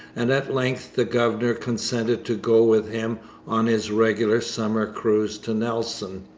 and at length the governor consented to go with him on his regular summer cruise to nelson.